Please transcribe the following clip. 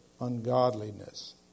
ungodliness